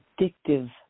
addictive